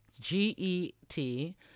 G-E-T